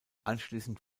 anschließend